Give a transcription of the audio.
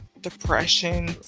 depression